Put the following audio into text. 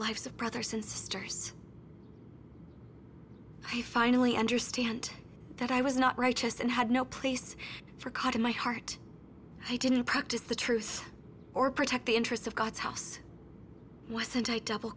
lives of brothers and sisters i finally understand that i was not righteous and had no place for cut in my heart i didn't practice the truth or protect the interests of god's house wasn't a double